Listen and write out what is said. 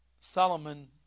Solomon